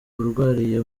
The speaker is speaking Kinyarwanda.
arwariye